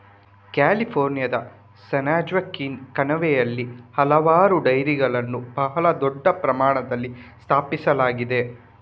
ಕ್ಯಾಲಿಫೋರ್ನಿಯಾದ ಸ್ಯಾನ್ಜೋಕ್ವಿನ್ ಕಣಿವೆಯಲ್ಲಿ ಹಲವಾರು ಡೈರಿಗಳನ್ನು ಬಹಳ ದೊಡ್ಡ ಪ್ರಮಾಣದಲ್ಲಿ ಸ್ಥಾಪಿಸಲಾಗಿದೆ